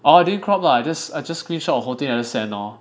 oh I didn't crop lah I just screenshot the whole thing then I just send lor